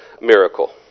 miracle